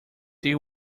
they